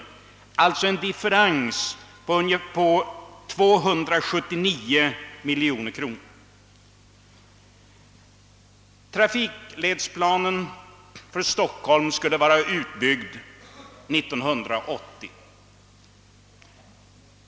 Där finns alltså en differens på 279 miljoner kronor. Trafikledsplanen för Stockholm skulle vara förverkligad 1980.